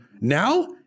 Now